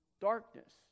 darkness